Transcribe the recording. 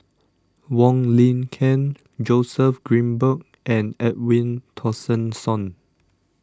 Wong Lin Ken Joseph Grimberg and Edwin Tessensohn